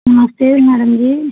ਨਮਸਤੇ ਬਈ ਮੈਡਮ ਜੀ